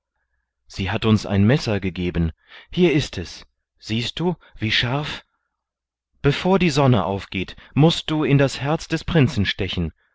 sie hat uns ein messer gegeben hier ist es siehst du wie scharf bevor die sonne aufgeht mußt du in das herz des prinzen stechen